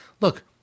Look